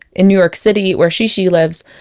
in new york city, where shishi lives,